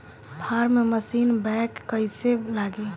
Form machine बैक कईसे लागी?